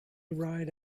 ride